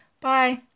bye